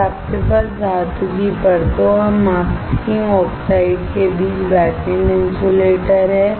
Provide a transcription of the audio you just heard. फिर आपके पास धातु की परतों और मास्किंग ऑक्साइड के बीच बैकएंड इन्सुलेटर हैं